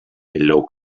low